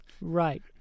Right